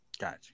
Gotcha